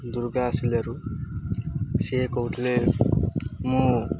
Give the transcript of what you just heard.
ଦୁର୍ଗା ଆସିଲାରୁ ସିଏ କହୁଥିଲେ ମୁଁ